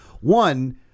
One